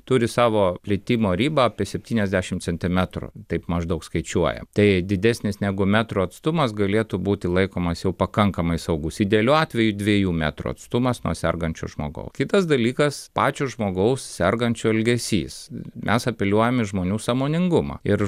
turi savo plitimo ribą apie septyniasdešim centimetrų taip maždaug skaičiuoja tai didesnis negu metro atstumas galėtų būti laikomas jau pakankamai saugus idealiu atveju dviejų metrų atstumas nuo sergančio žmogau kitas dalykas pačio žmogaus sergančio elgesys mes apeliuojam į žmonių sąmoningumą ir